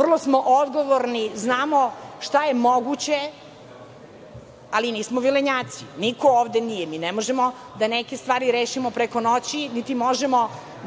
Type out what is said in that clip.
vrlo smo odgovorni, znamo šta je moguće, ali nismo vilenjaci. Niko ovde nije. Mi ne možemo da neke stvari rešimo preko noći niti možemo